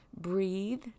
breathe